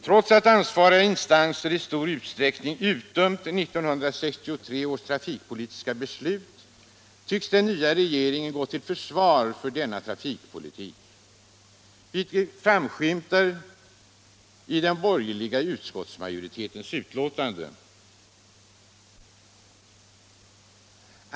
Trots att ansvariga instanser i stor utsträckning utdömt 1963 års trafikpolitiska beslut tycks den nya regeringen gå till försvar för denna trafikpolitik, vilket framskymtar i den borgerliga utskottsmajoritetens betänkande.